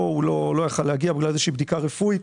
והוא לא יכול היה להגיע בשל בדיקה רפואית.